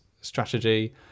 strategy